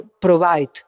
provide